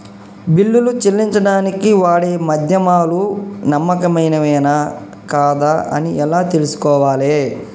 బిల్లులు చెల్లించడానికి వాడే మాధ్యమాలు నమ్మకమైనవేనా కాదా అని ఎలా తెలుసుకోవాలే?